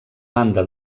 banda